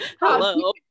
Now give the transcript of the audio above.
Hello